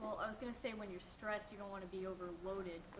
i was going to say when you're stressed, you don't want to be overloaded,